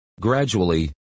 Gradually